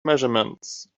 measurements